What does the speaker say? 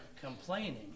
complaining